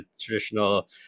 traditional